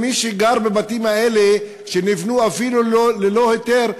הרי מי שגר בבתים האלה שנבנו, אפילו ללא היתר,